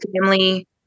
family